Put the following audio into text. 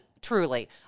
truly